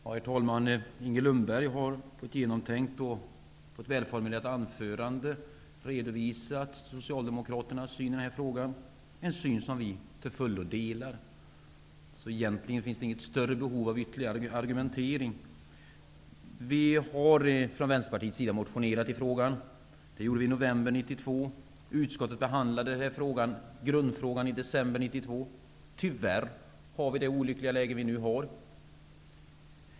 Herr talman! Inger Lundberg har i ett genomtänkt och välformulerat anförande redovisat Socialdemokraternas syn i denna fråga, en syn som vi till fullo delar. Egentligen finns det därför inte något större behov av ytterligare argumentering. Vi har från Vänsterpartiet motionerat i frågan. Det gjorde vi i november 1992. Utskottet behandlade grundfrågan i december 1992. Tyvärr har vi nu detta olyckliga läge.